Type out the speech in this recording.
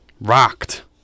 rocked